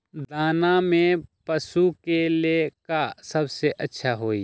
दाना में पशु के ले का सबसे अच्छा होई?